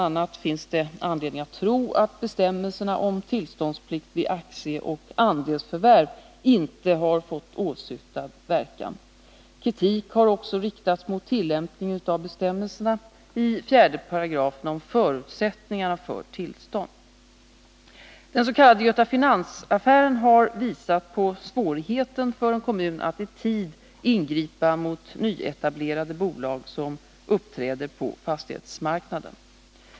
a. finns det anledning att tro att bestämmelserna om tillståndsplikt vid aktieoch andelsförvärv inte har fått åsyftad verkan. Kritik har också riktats mot tillämpningen av bestämmelsernai4§ om förutsättningarna för tillstånd. Den s.k. Göta Finans-affären har visat på svårigheten för en kommun att i tid ingripa mot nyetablerade bolag som uppträder på fastighetsmarknaden.